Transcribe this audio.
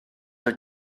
wyt